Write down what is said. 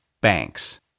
banks